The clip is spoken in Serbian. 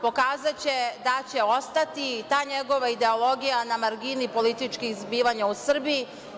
Pokazaće da će ostati ta njegova ideologija na margini političkih zbivanja u Srbiji.